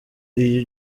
iyo